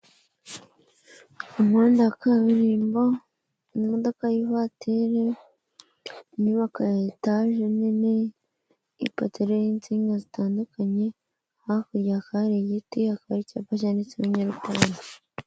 Umuhanda wa kaburimbo imodoka y'ivateri inyubako ya etage nini ipoto ririho insinga zitandukanye hakurya hakaba hari igiti hakaba hari icyapa cyanditse ho Nyarutarama.